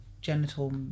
Genital